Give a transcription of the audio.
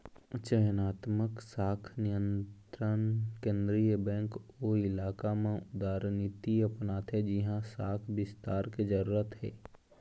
चयनात्मक शाख नियंत्रन केंद्रीय बेंक ओ इलाका म उदारनीति अपनाथे जिहाँ शाख बिस्तार के जरूरत हे